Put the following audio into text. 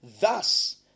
thus